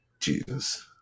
Jesus